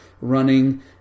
running